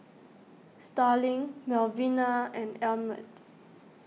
Starling Melvina and Emmett